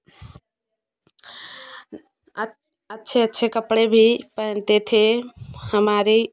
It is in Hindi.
अच्छे अच्छे कपड़े भी पहनते थे हमारे